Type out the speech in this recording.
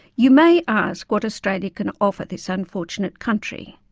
you may ask what australia can offer this unfortunate country.